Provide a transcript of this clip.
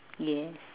yes